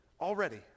Already